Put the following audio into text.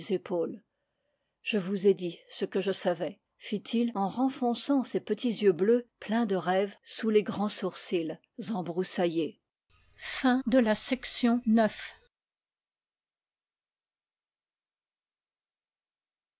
épaules je vous ai dit ce que je savais fit-il en renfonçant ses petits yeux bleus pleins de rêve sous les grands sourcils embroussaillés